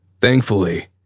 Thankfully